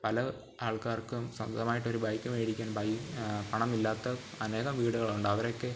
പല ആൾക്കാർക്കും സ്വന്തമായിട്ടൊരു ബൈക്ക് മേടിക്കാൻ പണമില്ലാത്ത അനേകം വീടുകളുണ്ട് അവരൊക്കെ